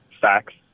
facts